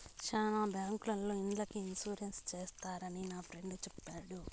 శ్యానా బ్యాంకుల్లో ఇండ్లకి ఇన్సూరెన్స్ చేస్తారని నా ఫ్రెండు చెప్పాడు